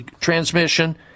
transmission